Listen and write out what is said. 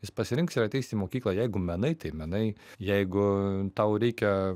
jis pasirinks ir ateis į mokyklą jeigu menai tai menai jeigu tau reikia